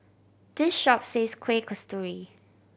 this shop sells Kuih Kasturi